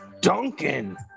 Duncan